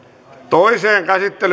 toiseen